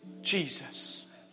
Jesus